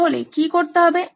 তাহলে কি করতে হবে